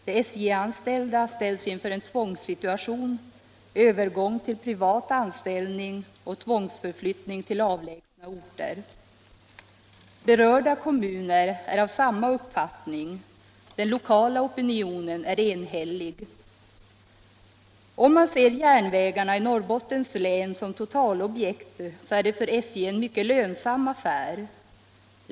De SJ-anställda ställs inför en tvångssituation — övergång till privat anställning och tvångsförflyttning till avlägsna orter. Berörda kommuner är av samma uppfattning. Den lokala opinionen är enhällig. Om man ser järnvägarna i Norrbottens län som totalobjekt, så finner man att de för SJ är en mycket lönsam affär.